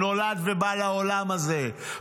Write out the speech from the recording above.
נולד ובא לעולם הזה,